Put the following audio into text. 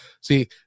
see